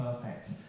perfect